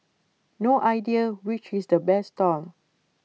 no idea which is the best stall